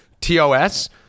TOS